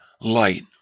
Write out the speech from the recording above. light